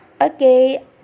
Okay